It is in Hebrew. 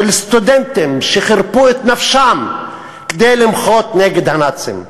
סטודנטים שחירפו את נפשם כדי למחות נגד הנאצים.